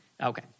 Okay